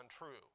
untrue